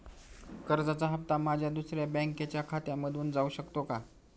कर्जाचा हप्ता माझ्या दुसऱ्या बँकेच्या खात्यामधून जाऊ शकतो का?